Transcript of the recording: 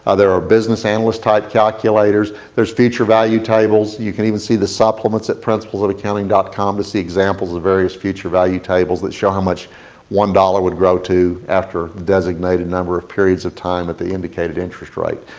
ah there are business analyst type calculators, there's future value tables. you can even see the supplements at principlesofaccounting dot com to see examples of various future value tables that show how much one dollars would grow to after a designated number of periods of time at the indicated interest rate.